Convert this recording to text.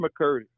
McCurdy